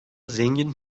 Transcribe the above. zengin